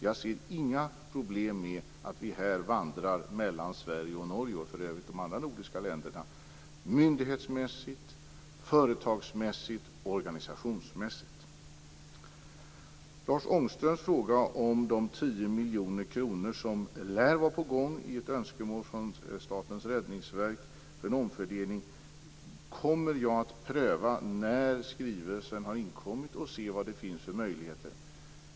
Jag ser inga problem med att vi här vandrar mellan Sverige och Norge, och för övrigt mellan de andra nordiska länderna, myndighetsmässigt, företagsmässigt och organisationsmässigt. När det gäller Lars Ångströms fråga om de 10 miljoner kronor som lär vara på gång enligt ett önskemål från Statens räddningsverk för en omfördelning kommer jag att pröva det när skrivelsen har inkommit och se vad det finns för möjligheter.